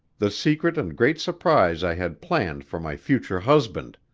the secret and great surprise i had planned for my future husband.